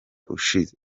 ushize